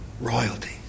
Royalty